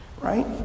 Right